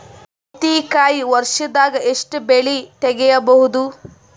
ಸೌತಿಕಾಯಿ ವರ್ಷದಾಗ್ ಎಷ್ಟ್ ಬೆಳೆ ತೆಗೆಯಬಹುದು?